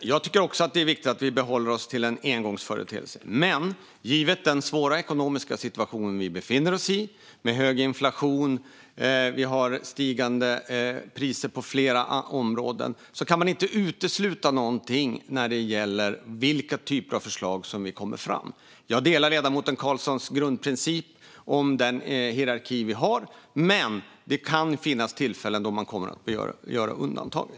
Jag tycker också att det är viktigt att vi håller oss till en engångsföreteelse, men givet den svåra ekonomiska situation vi befinner oss i med hög inflation och stigande priser på flera områden kan man inte utesluta någonting när det gäller vilka typer av förslag som kommer fram. Jag delar ledamoten Karlssons grundprincip gällande den hierarki vi har, men det kan finnas tillfällen då man kommer att göra undantag.